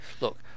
Look